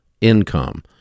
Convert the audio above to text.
income